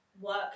Work